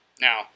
Now